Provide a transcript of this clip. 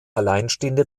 alleinstehende